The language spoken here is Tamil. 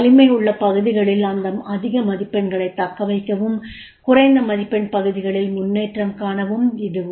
வலிமை உள்ள பகுதிகளில் அதிக மதிப்பெண்களைத் தக்கவைக்கவும் குறைந்த மதிப்பெண் பகுதிகளில் முன்னேற்றம் காணவும் உதவும்